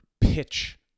pitch